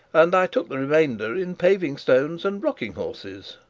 and i took the remainder in paving-stones and rocking-horses